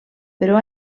però